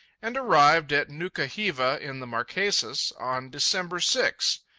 and arrived at nuka-hiva, in the marquesas, on december six.